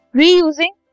reusing